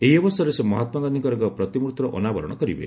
ଏହି ଅବସରରେ ସେ ମହାତ୍ମା ଗାନ୍ଧିଙ୍କର ଏକ ପ୍ରତିମ୍ଭିର ଅନାବରଣ କରିବେ